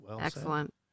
Excellent